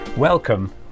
Welcome